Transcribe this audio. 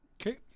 Okay